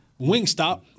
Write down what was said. Wingstop